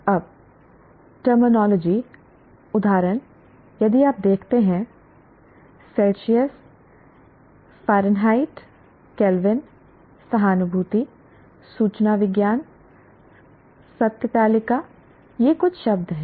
अब टर्मिनोलॉजी उदाहरण यदि आप देखते हैं सेल्सियस फ़ारेनहाइट केल्विन सहानुभूति सूचना विज्ञान सत्य तालिका ये कुछ शब्द हैं